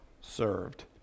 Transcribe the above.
served